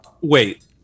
Wait